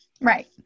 Right